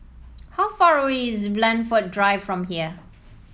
how far away is Blandford Drive from here